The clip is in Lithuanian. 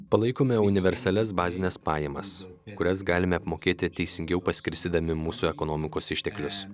palaikome universalias bazines pajamas kurias galime apmokėti teisingiau paskirstydami mūsų ekonomikos išteklius